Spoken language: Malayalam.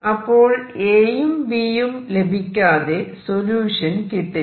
അപ്പോൾ Aയും Bയും ലഭിക്കാതെ സൊല്യൂഷൻ കിട്ടില്ല